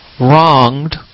wronged